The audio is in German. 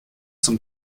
zum